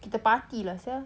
kita party lah sia